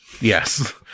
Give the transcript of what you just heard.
Yes